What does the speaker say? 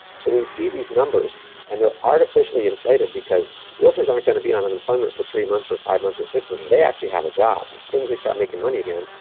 so we see these numbers and they're artificially inflated, because realtors aren't gonna be on unemployment for three months, or five months, or six months. they actually have a job. as soon as they start making money again,